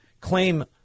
claim